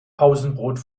pausenbrot